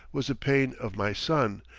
was the pain of my son,